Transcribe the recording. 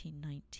1919